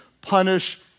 punish